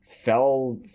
fell